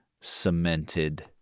cemented